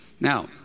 Now